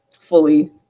fully